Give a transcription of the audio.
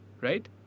Right